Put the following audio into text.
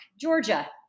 Georgia